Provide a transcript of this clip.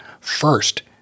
first